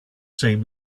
same